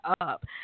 up